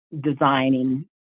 designing